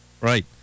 Right